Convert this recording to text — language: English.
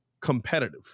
competitive